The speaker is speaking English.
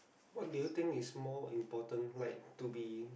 what do you think is more important like to be